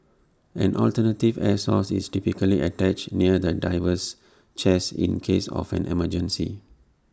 an alternative air source is typically attached near the diver's chest in case of an emergency